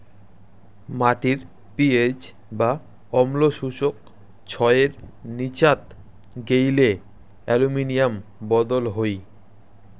মাটির পি.এইচ বা অম্ল সূচক ছয়ের নীচাত গেইলে অ্যালুমিনিয়াম বদল হই